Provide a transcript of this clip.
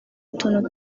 utuntu